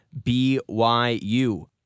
BYU